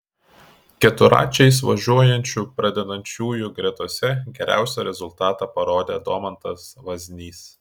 keturračiais važiuojančių pradedančiųjų gretose geriausią rezultatą parodė domantas vaznys